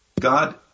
God